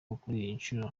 batubwiye